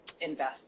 invest